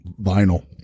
vinyl